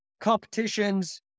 competitions